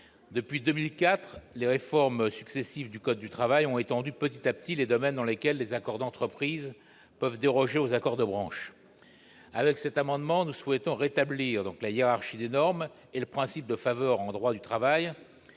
Depuis 2004, les réformes successives du code du travail ont étendu petit à petit les domaines dans lesquels les accords d'entreprise peuvent déroger aux accords de branche. Avec cet amendement, nous souhaitons rétablir la hiérarchie des normes et le principe de faveur en droit du travail,